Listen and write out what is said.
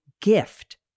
gift